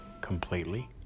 completely